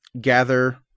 gather